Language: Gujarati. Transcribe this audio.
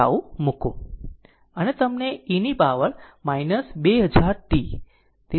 ટાઉ મુકો અને તમને e ની પાવર 2000 t